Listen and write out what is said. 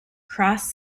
cross